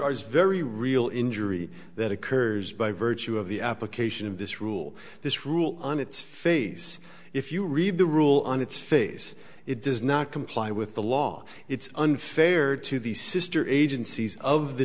i was very real injury that occurs by virtue of the application of this rule this rule on its face if you read the rule on its face it does not comply with the law it's unfair to the sister agencies of the